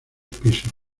pisos